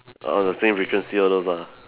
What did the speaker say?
err the same frequency all those lah